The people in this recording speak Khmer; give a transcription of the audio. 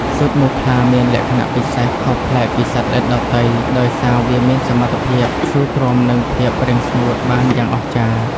ស៊ុតមូសខ្លាមានលក្ខណៈពិសេសខុសប្លែកពីសត្វល្អិតដទៃ ដោយសារវាមានសមត្ថភាពស៊ូទ្រាំនឹងភាពរាំងស្ងួតបានយ៉ាងអស្ចារ្យ។